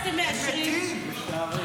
תגיד לי, כמה זמן אתם מאשרים, כמה זמן אתם מאשרים?